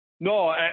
No